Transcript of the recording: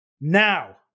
Now